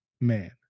man